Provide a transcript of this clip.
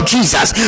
Jesus